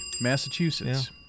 Massachusetts